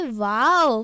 wow